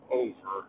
over